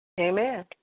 Amen